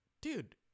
dude